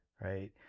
right